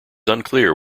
unclear